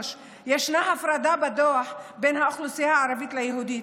ישנה הפרדה בדוח בין האוכלוסייה הערבית ליהודית,